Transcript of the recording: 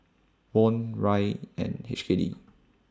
Won Riel and H K D